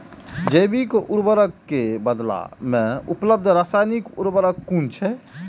जैविक उर्वरक के बदला में उपलब्ध रासायानिक उर्वरक कुन छै?